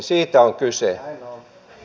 siitä on kyse